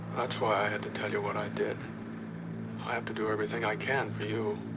that's why i had to tell you what i did. i have to do everything i can for you. you